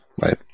right